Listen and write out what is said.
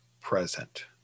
present